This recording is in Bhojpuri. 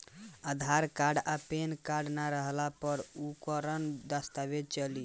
आधार कार्ड आ पेन कार्ड ना रहला पर अउरकवन दस्तावेज चली?